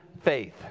faith